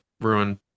ruin